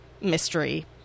mystery-